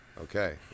okay